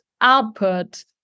output